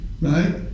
right